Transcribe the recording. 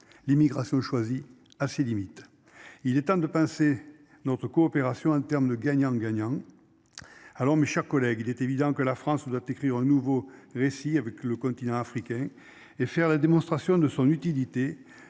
L'immigration choisie a ses limites. Il est temps de penser notre coopération interne gagnant gagnant. Alors, mes chers collègues. Il est évident que la France doit écrire un nouveau récit avec le continent africain et faire la démonstration de son utilité